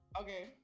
Okay